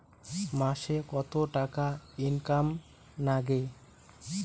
মাসে কত টাকা ইনকাম নাগে?